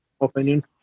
opinion